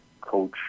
coach